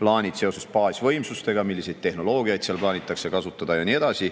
plaanid seoses baasvõimsustega, milliseid tehnoloogiaid seal plaanitakse kasutada ja nii edasi.